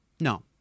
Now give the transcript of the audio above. No